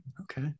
Okay